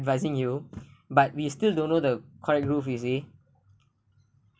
advising you but we still don't know the correct road you see